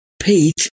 Pete